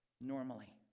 normally